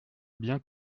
bien